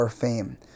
fame